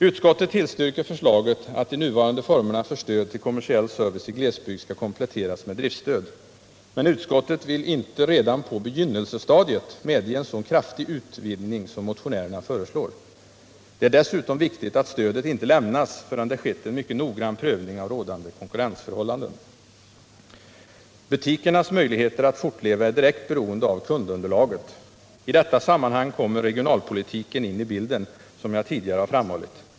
Utskottet tillstyrker förslaget att de nuvarande formerna för stöd till kommersiell service i glesbygd skall kompletteras med driftsstöd, men utskottet vill inte redan på begynnelsestadiet medge en så kraftig utvidgning som motionärerna föreslår. Det är dessutom viktigt att stödet inte lämnas förrän det skett en mycket noggrann prövning av rådande konkurrensförhållanden. Butikernas möjligheter att fortleva är direkt beroende av kundunderlaget. I detta sammanhang kommer regionalpolitiken in i bilden, som jag tidigare har framhållit.